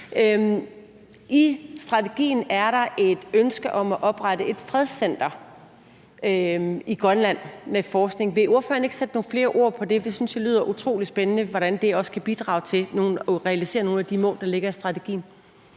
I strategien er der et ønske om at oprette et fredscenter i Grønland med forskning. Vil ordføreren ikke sætte nogle flere ord på det? For jeg synes, det lyder utrolig spændende, hvordan det også kan bidrage til at realisere nogle af de mål, der ligger i strategien.